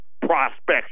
prospects